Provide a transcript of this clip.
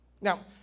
Now